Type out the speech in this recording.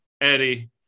Eddie